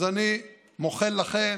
אז אני מוחל לכם,